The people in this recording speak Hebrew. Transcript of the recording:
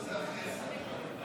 את